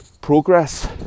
progress